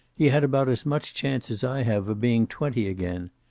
he had about as much chance as i have of being twenty again.